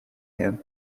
him